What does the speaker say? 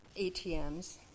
ATMs